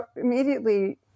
immediately